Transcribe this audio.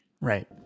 Right